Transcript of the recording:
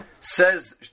says